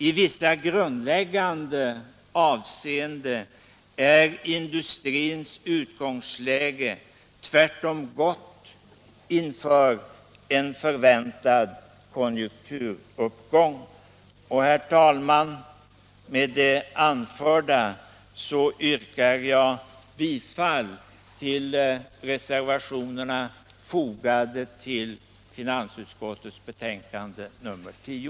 I vissa grundläggande avseenden är industrins utgångsläge tvärtom gott inför en förväntad konjunkturuppgång. Herr talman! Med det anförda yrkar jag bifall till reservationerna som är fogade till finansutskottets betänkande nr 10.